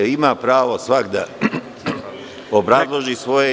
Ima pravo svako da obrazloži svoje.